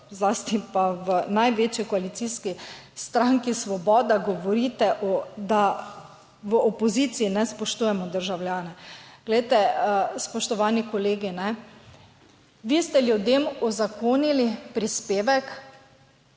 zlasti pa v največji koalicijski stranki Svoboda govorite, da v opoziciji ne spoštujemo državljane. Glejte, spoštovani kolegi, ne, vi ste ljudem uzakonili prispevek,